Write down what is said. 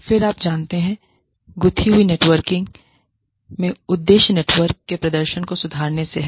फिर आप जानते हैं गुथी हुई नेटवर्किंग में उद्देश्य नेटवर्क के प्रदर्शन को सुधारने से है